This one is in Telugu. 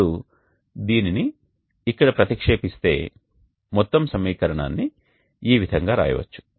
ఇప్పుడు దీనిని ఇక్కడ ప్రతిక్షేపిస్తే మొత్తం సమీకరణాన్ని ఈ విధంగా వ్రాయవచ్చు